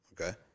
Okay